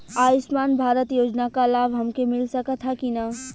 आयुष्मान भारत योजना क लाभ हमके मिल सकत ह कि ना?